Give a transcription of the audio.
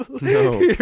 No